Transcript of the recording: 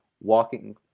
walking